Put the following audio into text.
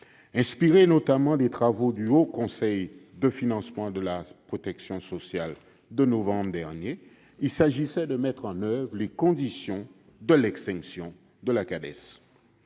inspirée notamment des travaux du Haut Conseil du financement de la protection sociale de novembre dernier, visait à mettre en oeuvre les conditions de l'extinction de la Cades.